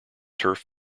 turf